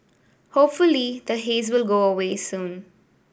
hopefully the haze will go away soon